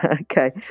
Okay